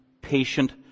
patient